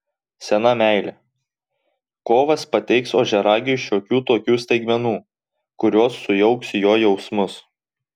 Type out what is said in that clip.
sena meilė kovas pateiks ožiaragiui šiokių tokių staigmenų kurios sujauks jo jausmus